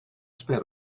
sped